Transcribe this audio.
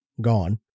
gone